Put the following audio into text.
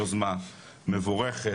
יוזמה מבורכת,